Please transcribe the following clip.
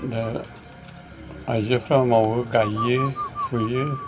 दा आयजोफ्रा मावो गायो फुयो